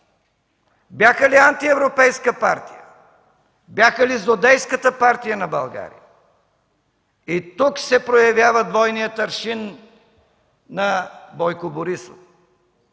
Бяха ли антиевропейска партия? Бяха ли злодейската партия на България? Тук се проява двойният аршин на Бойко Борисов,